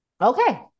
okay